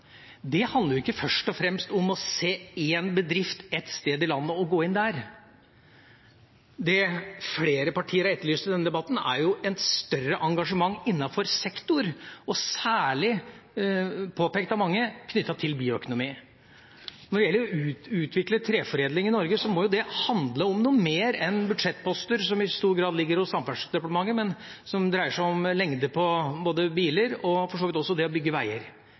Det handler ikke først og fremst om å se én bedrift ett sted i landet og gå inn der. Det flere partier har etterlyst i denne debatten, er et større engasjement innenfor en sektor og særlig – påpekt av mange – knyttet til bioøkonomi. Når det gjelder å utvikle treforedling i Norge, må det handle om noe mer enn budsjettposter som i stor grad ligger hos Samferdselsdepartementet, men som dreier seg om både lengde på biler og for så vidt også det å bygge veier.